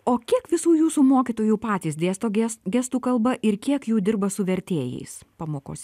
o kiek visų jūsų mokytojų patys dėsto ges gestų kalba ir kiek jų dirba su vertėjais pamokose